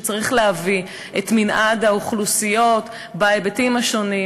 שצריך להביא את מנעד האוכלוסיות בהיבטים השונים,